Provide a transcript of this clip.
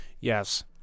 yes